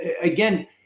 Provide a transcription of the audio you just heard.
again